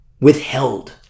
withheld